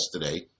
yesterday